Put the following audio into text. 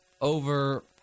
over